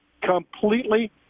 completely